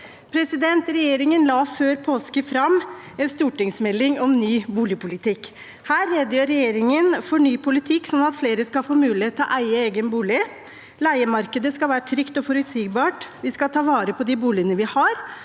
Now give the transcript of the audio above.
Regjeringen la før påske fram en stortingsmelding om en ny boligpolitikk. Her redegjør regjeringen for en ny politikk, slik at flere skal få mulighet til å eie egen bolig. Leiemarkedet skal være trygt og forutsigbart, vi skal ta vare på de boligene vi har,